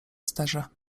sterze